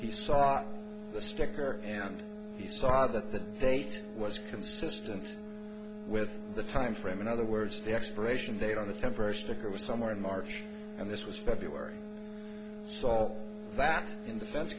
he saw the sticker and he saw that the date was consistent with the time frame in other words the expiration date on the temporary sticker was somewhere in march and this was february saw back in the fence